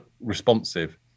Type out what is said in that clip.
responsive